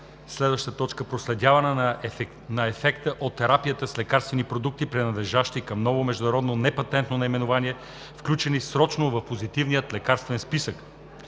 системата; - проследяване на ефекта от терапията с лекарствени продукти, принадлежащи към ново международно непатентно наименование, включени срочно в Позитивния лекарствен списък